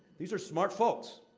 these are smart folks.